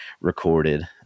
recorded